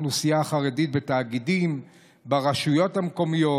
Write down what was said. האוכלוסייה החרדית בתאגידים וברשויות המקומיות.